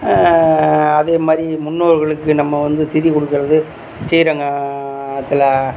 அதே மாதிரி முன்னோர்களுக்கு நம்ம வந்து திதி கொடுக்கறது ஸ்ரீரங்கம் ஆத்துல